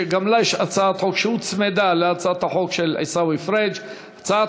שיש לה הצעת חוק שהוצמדה להצעת החוק של עיסאווי פריג' הצעת